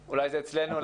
קשובים,